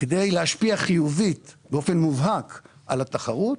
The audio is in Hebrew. כדי להשפיע חיובית באופן מובהק על התחרות,